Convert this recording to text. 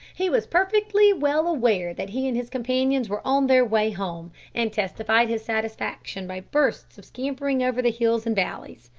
he was perfectly well aware that he and his companions were on their way home, and testified his satisfaction by bursts of scampering over the hills and valleys.